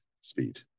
speed